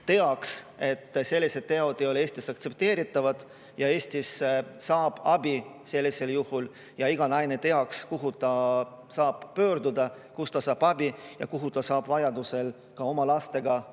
teaks, et sellised teod ei ole Eestis aktsepteeritavad ja Eestis saab sellisel juhul abi, ja iga naine teaks, kuhu ta saab pöörduda, kust ta saab abi ja kuhu ta saab vajadusel ka oma lastega varjuda.